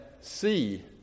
see